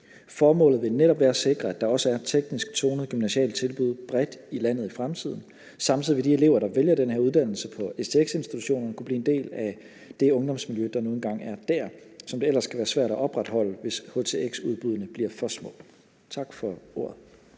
Formålet vil netop være sikre, at der også er et teknisk tonet gymnasialt tilbud bredt i landet i fremtiden. Samtidig vil de elever, der vælger den her uddannelse på stx-institutionen kunne blive en del af det ungdomsmiljø, der nu engang er der, og som det ellers kan være svært at opretholde, hvis htx-udbuddene bliver for små. Tak for ordet.